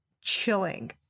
Chilling